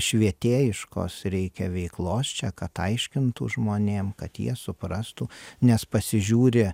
švietėjiškos reikia veiklos čia kad aiškintų žmonėm kad jie suprastų nes pasižiūri